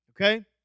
Okay